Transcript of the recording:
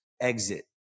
exit